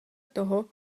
toho